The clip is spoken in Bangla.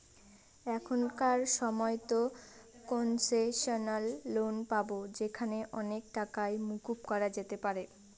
এখনকার সময়তো কোনসেশনাল লোন পাবো যেখানে অনেক টাকাই মকুব করা যেতে পারে